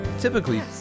Typically